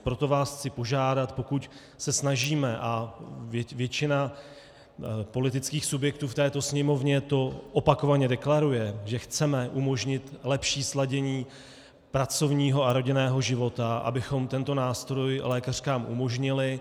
Proto vás chci požádat, pokud se snažíme, a většina politických subjektů v této Sněmovně to opakovaně deklaruje, že chceme umožnit lepší sladění pracovního a rodinného života, abychom tento nástroj lékařkám umožnili.